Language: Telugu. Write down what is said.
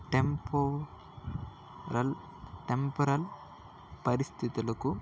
టెంపోరల్ టెంపోరల్ పరిస్థితులకు